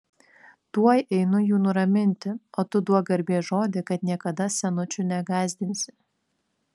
tuoj einu jų nuraminti o tu duok garbės žodį kad niekada senučių negąsdinsi